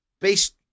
based